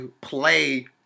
play